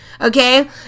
okay